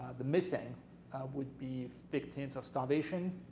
the missing would be victims of starvation,